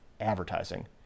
advertising